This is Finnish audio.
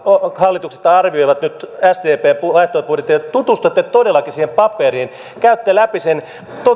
hallituksesta arvioitte nyt sdpn vaihtoehtobudjettia tutustutte todellakin siihen paperiin käytte läpi sen niin